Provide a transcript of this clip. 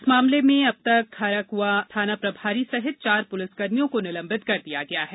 इस मामले में अब तक खाराकुआ थाना प्रभारी सहित तीन पुलिसकर्मियों को निलंबित कर दिया गया है